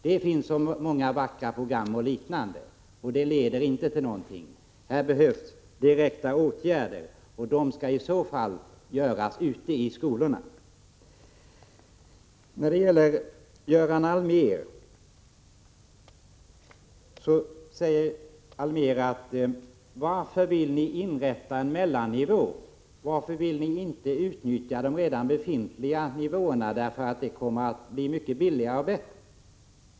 Det finns så många vackra program och dylikt som inte leder till någonting. Här behövs direkta åtgärder, och de skall i så fall genomföras ute i skolorna. Göran Allmér frågar varför vi vill inrätta en mellannivå i stället för att utnyttja de redan befintliga nivåerna, eftersom det blir mycket billigare och bättre.